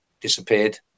disappeared